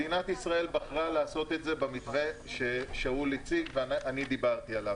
מדינת ישראל בחרה לעשות את זה במתווה ששאול הציג ואני דיברתי עליו.